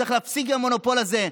צריך להפסיק את המונופול הזה,